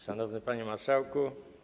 Szanowny Panie Marszałku!